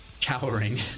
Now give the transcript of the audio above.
cowering